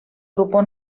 grupo